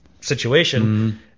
situation